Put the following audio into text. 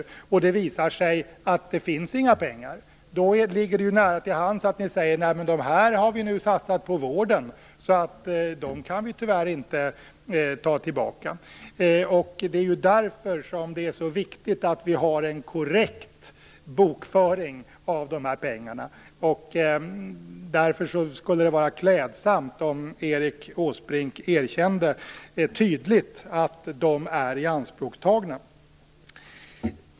Tänk om det visar sig att det inte finns några pengar. Då ligger det nära till hands att ni säger att ni har satsat pengarna på vården och att ni tyvärr inte kan ta tillbaka dem. Det är därför som det är så viktigt att vi har en korrekt bokföring av dessa pengar. Därför skulle det vara klädsamt om Erik Åsbrink tydligt erkände att de är ianspråkstagna.